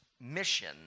mission